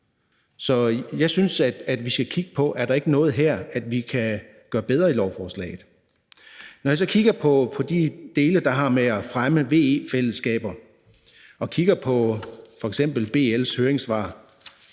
så jeg synes, at vi skal kigge på, om der ikke er noget her, vi kan gøre bedre i lovforslaget. Når jeg så kigger på de dele, der har med at fremme VE-fællesskaber at gøre, og kigger på f.eks. BL's høringssvar,